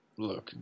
Look